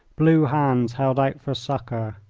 blue hands held out for succour.